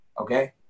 okay